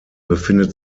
befindet